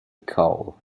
coal